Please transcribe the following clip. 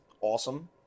awesome